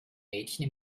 mädchen